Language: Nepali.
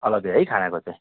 अलग्गै है खानाको चाहिँ